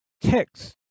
text